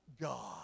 god